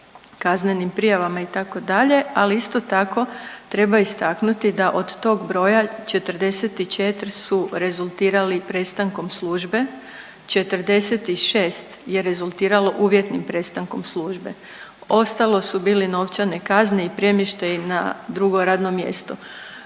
kaznenim prijavama itd., ali isto tako treba istaknuti da od toga broja 44 su rezultirali prestankom službe, 46 je rezultiralo uvjetnim prestankom službe, ostalo su bili novčane kazne i premještaji na drugo radno mjesto.